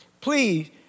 please